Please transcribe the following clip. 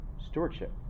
stewardship